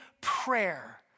prayer